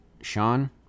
sean